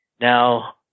Now